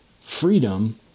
freedom